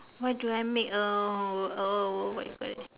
what do I make uh uh what you call that